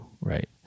right